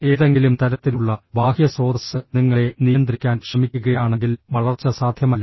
ഏതെങ്കിലും തരത്തിലുള്ള ബാഹ്യ സ്രോതസ്സ് നിങ്ങളെ നിയന്ത്രിക്കാൻ ശ്രമിക്കുകയാണെങ്കിൽ വളർച്ച സാധ്യമല്ല